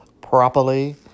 properly